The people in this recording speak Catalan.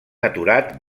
aturat